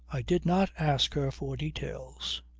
i did not ask her for details.